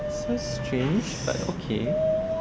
so strange but okay